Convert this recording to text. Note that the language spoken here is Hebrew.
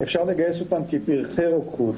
אפשר לגייס אותם כפרחי רוקחות.